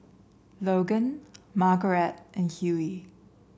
Logan Margarette and Hughey